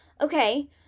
okay